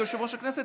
כיושב-ראש הכנסת,